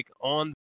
on